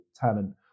talent